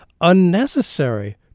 unnecessary